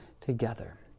together